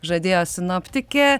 žadėjo sinoptikė